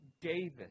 David